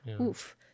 Oof